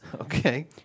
Okay